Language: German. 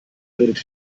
redet